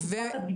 תעודת הבידוד.